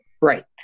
Right